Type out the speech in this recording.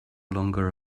longer